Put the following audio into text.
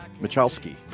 Michalski